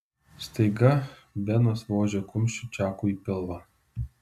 staiga benas vožė kumščiu čakui į pilvą